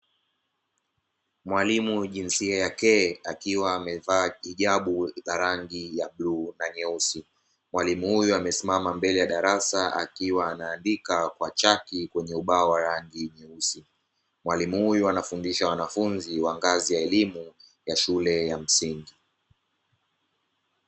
Mwalimu jinsia ya ke akiwa amevaa hijabu za rangi ya bluu na nyeusi, mwalimu huyo amesimama mbele ya darasa akiwa anaandika kwa chaki kwenye ubao wa rangi nyeusi, walimu huyo anafundisha wanafunzi wa ngazi ya elimu ya shule ya msingi.